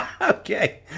Okay